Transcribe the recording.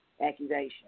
accusation